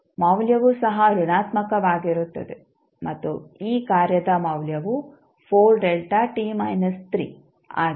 ಮೌಲ್ಯವು ಸಹ ಋಣಾತ್ಮಕವಾಗಿರುತ್ತದೆ ಮತ್ತು ಈ ಕಾರ್ಯದ ಮೌಲ್ಯವು ಆಗಿದೆ